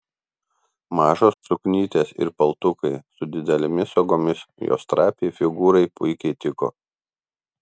mažos suknytės ir paltukai su didelėmis sagomis jos trapiai figūrai puikiai tiko